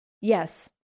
Yes